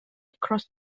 across